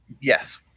Yes